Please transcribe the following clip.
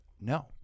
no